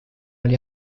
oli